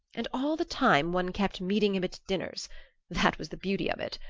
and all the time one kept meeting him at dinners that was the beauty of it!